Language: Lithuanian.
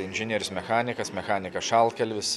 inžinierius mechanikas mechanikas šaltkalvis